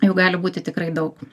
jų gali būti tikrai daug